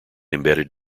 embedded